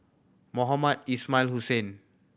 Mohamed Ismail Hussain